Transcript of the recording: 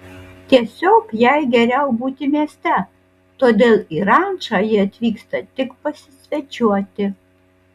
tiesiog jai geriau būti mieste todėl į rančą ji atvyksta tik pasisvečiuoti